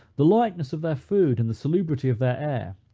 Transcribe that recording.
the lightness of their food, and the salubrity of their air,